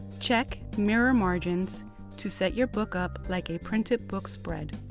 check mirror margins to set your book up like a printed book spread.